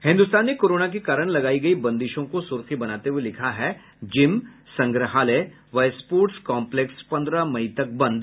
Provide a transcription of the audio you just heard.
हिन्दुस्तान ने कोरोना के कारण लगायी गयी बंदिशों को सुर्खी बनाते हुए लिखा है जिम संग्रहालय व स्पोटर्स कॉपलेक्स पन्द्रह मई तक बंद